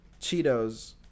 Cheetos